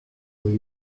rue